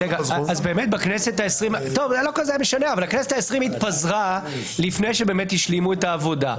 זה לא כזה משנה אבל הכנסת ה-20 התפזרה לפני שבאמת השלימו את העבודה,